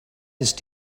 ist